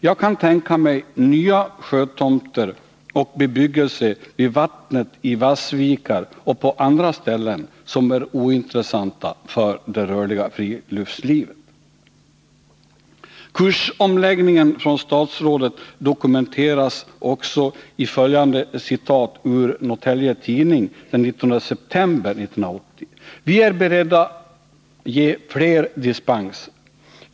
Jag kan tänka mig nya sjötomter och bebyggelse vid vattnet i vassvikar och på andra ställen som är 47 ointressanta för det rörliga friluftslivet. Statsrådets kursomläggning dokumenteras också i följande citat ur Norrtelje Tidning den 19 september 1980: Vi är beredda ge fler dispenser.